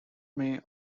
may